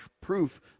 proof